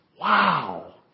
Wow